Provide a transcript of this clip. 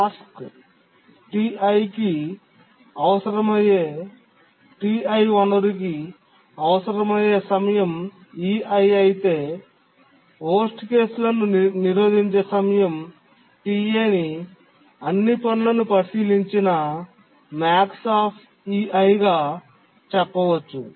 task Ti కి వనరు అవసరమయ్యే సమయం ei అయితే చెత్త కేసులను నిరోధించే సమయం Ta ని అన్ని పనులను పరిశీలించిన గా చెప్పవచ్చు